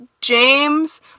James